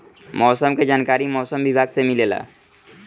मौसम के जानकारी मौसम विभाग से मिलेला?